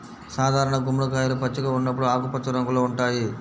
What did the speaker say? సాధారణ గుమ్మడికాయలు పచ్చిగా ఉన్నప్పుడు ఆకుపచ్చ రంగులో ఉంటాయి